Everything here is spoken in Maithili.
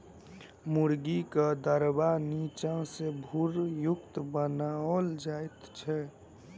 मुर्गीक दरबा नीचा सॅ भूरयुक्त बनाओल जाइत छै